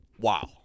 wow